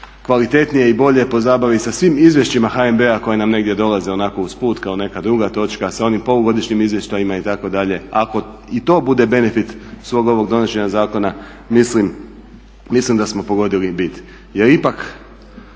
kvalitetnije i bolje pozabavi sa svim izvješćima HNB-a koje nam negdje dolaze onako usput kao neka druga točka, sa onim polugodišnjim izvještajima itd. Ako i to bude benefit svog ovog donošenja zakona mislim da smo pogodili bit. Jer ipak